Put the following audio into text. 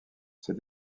ses